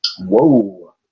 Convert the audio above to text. Whoa